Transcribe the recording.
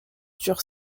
dure